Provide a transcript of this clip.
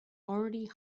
already